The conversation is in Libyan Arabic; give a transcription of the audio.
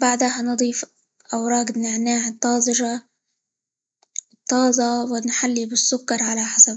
بعدها نضيف أوراق النعناع -الضارجة- الضازة، ونحلي بالسكر على حسب.